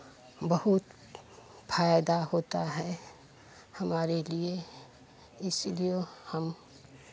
बहुत फ़ायदा होता है हमारे लिए इसलिए हम